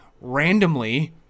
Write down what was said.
randomly